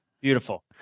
Beautiful